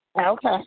Okay